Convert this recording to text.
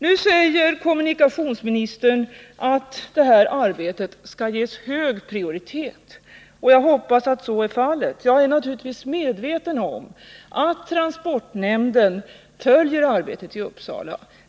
Nu säger kommunikationsministern att det här arbetet skall ges hög prioritet. Jag hoppas att så blir fallet. Jag är naturligtvis medveten om att transportnämnden följer arbetet i Uppsala.